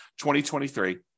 2023